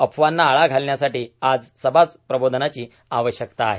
अफवांना आळा घालण्यासाठी आज समाज प्रबोधनाची आवश्यकता आहे